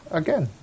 again